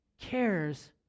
cares